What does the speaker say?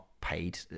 paid